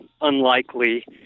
unlikely